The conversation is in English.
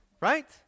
right